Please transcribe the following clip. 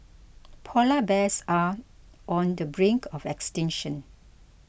Polar Bears are on the brink of extinction